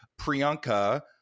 priyanka